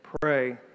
pray